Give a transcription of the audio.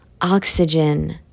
oxygen